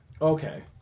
Okay